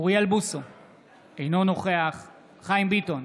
אוריאל בוסו, אינו נוכח חיים ביטון,